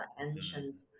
ancient